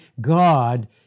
God